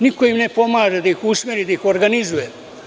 Niko im ne pomaže da ih usmeri i organizuje.